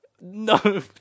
No